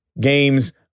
games